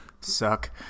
suck